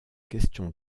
question